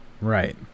Right